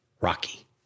Rocky